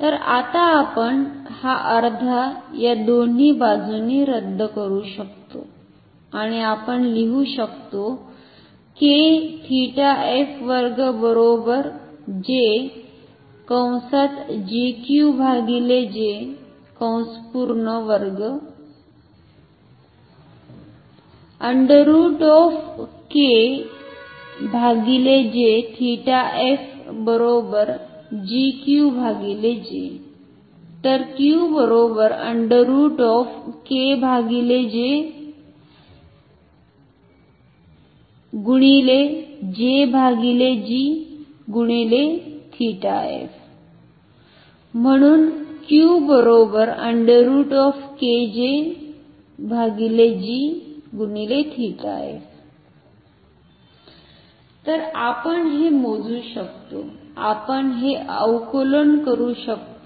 तर आता आपण हा अर्धा या दोन्ही बाजूंनी रद्द करू शकतो आणि आपण लिहू शकतो तर आपण हे मोजू शकतो आणि हे अवलोकन करू शकतो